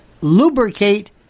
lubricate